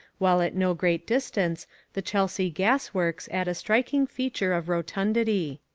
while at no great distance the chelsea gas works add a striking feature of rotundity.